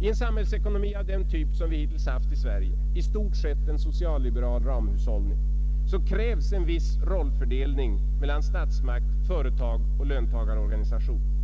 I en samhällsekonomi av den typ vi hittills haft i Sverige — i stort sett en socialliberal ramhushållning — krävs en viss rollfördelning mellan statsmakt, företag och löntagarorganisationer.